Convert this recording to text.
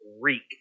reek